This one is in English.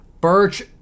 Birch